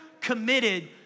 committed